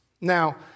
Now